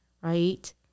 Right